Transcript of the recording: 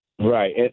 Right